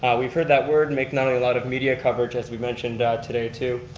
we've heard that word making and a lot of media coverage as we mentioned today too.